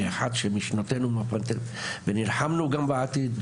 כאחד שמשנתנו ונלחמנו גם בעתיד,